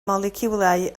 moleciwlau